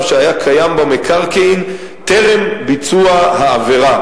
שהיה קיים במקרקעין טרם ביצוע העבירה,